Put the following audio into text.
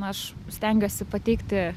aš stengiuosi pateikti